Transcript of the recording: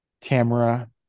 Tamara